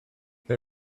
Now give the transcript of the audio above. they